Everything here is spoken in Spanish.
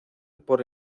por